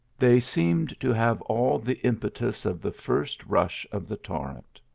they seemed to have all the impetus of the first rush of the torrent.